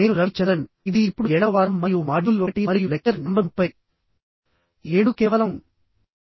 నేను రవి చంద్రన్ ఇది ఇప్పుడు ఏడవ వారం మరియు మాడ్యూల్ ఒకటి మరియు లెక్చర్ నంబర్ ముప్పై ఏడు కేవలం మరో వారం మరియు కోర్సు పూర్తవుతుంది